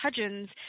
Hudgens